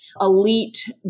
elite